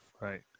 right